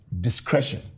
discretion